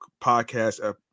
podcast